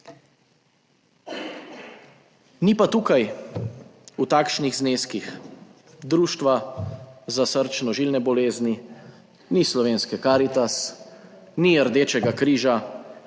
Ni pa tukaj v takšnih zneskih Društva za srčno-žilne bolezni, ni Slovenske Karitas, ni Rdečega križa,